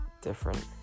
different